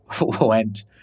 went